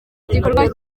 igikorwa